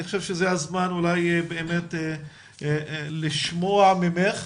אני חושב שזה הזמן באמת לשמוע ממך.